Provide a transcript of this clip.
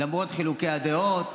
למרות חילוקי הדעות,